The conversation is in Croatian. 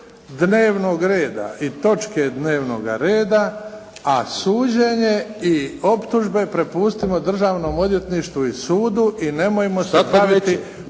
dnevnog reda i točke dnevnoga reda, a suđenje i optužbe prepustimo Državnom odvjetništvu i sudu i nemojmo se baviti